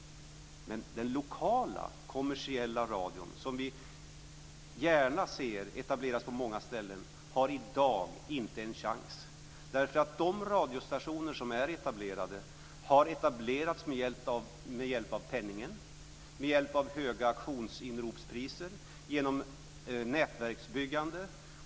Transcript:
Men den lokala kommersiella radion som vi gärna ser etableras på många ställen har i dag inte en chans, därför att de radiostationer som är etablerade har etablerats med hjälp av penningen, med hjälp av höga auktionsinropspriser, genom nätverksbyggande.